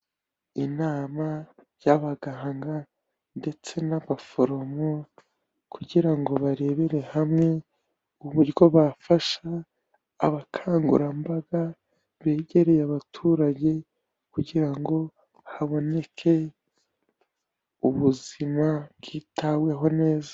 Inama y'abaganga ndetse n'abaforomo kugira ngo barebere hamwe uburyo bafasha abakangurambaga, begereye abaturage kugira ngo haboneke ubuzima byitaweho neza.